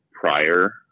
prior